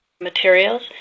materials